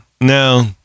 no